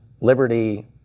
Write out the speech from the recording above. Liberty